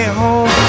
home